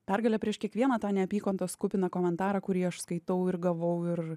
pergalė prieš kiekvieną tą neapykantos kupiną komentarą kurį aš skaitau ir gavau ir